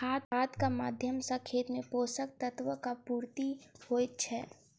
खादक माध्यम सॅ खेत मे पोषक तत्वक पूर्ति होइत छै